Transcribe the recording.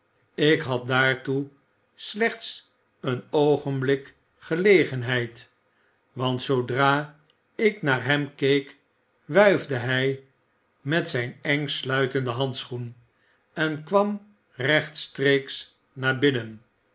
ik had daartoe slechts een oogenblik gelegenheid want zoodra ik naar hem keek wuifde hij met zyn eng sluitenden handschoen en kwam rechtstreeks naar binnen